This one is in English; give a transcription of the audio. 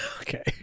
Okay